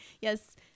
Yes